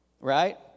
right